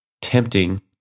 tempting